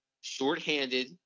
shorthanded